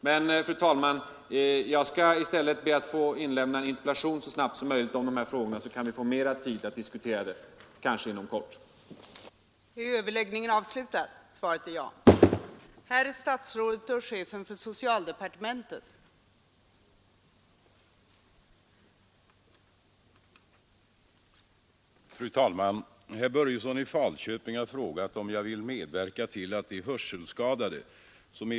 Men, fru talman, jag skall i stället be att så snabbt som möjligt få framställa en interpellation rörande dessa frågor, så kan vi kanske inom kort få mera tid att diskutera dem.